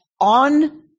on